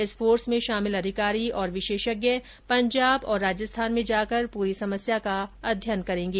इस फोर्स में शामिल अधिकारी और विशेषज्ञ पंजाब तथा राजस्थान में जाकर पूरी समस्या का अध्ययन करेंगे